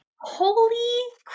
Holy